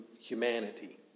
humanity